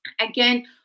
Again